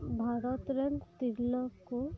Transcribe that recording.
ᱵᱷᱟᱨᱚ ᱨᱮᱱ ᱛᱤᱨᱞᱟᱹ ᱠᱚ